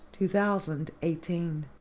2018